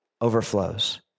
overflows